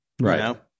Right